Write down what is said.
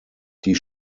die